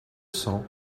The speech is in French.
cents